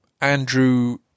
Andrew